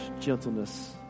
gentleness